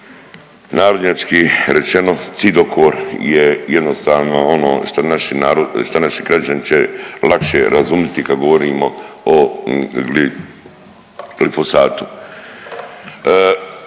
narodnjački rečeno, Cidokor je jednostavno ono što naši narod, šta naši građani će lakše razumiti kad govorimo o glifosatu.